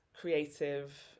creative